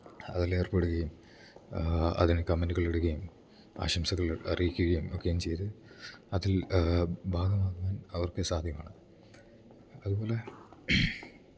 അതിൽ ഏർപ്പെടുകയും അതിന് കമെൻ്റുകൾ ഇടുകയും ആശംസകൾ അറിയിക്കുകയും ഒക്കെയും ചെയ്തു അതിൽ ഭാഗമാകുവാൻ അവർക്ക് സാധ്യമാണ് അതുപോലെ